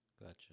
Gotcha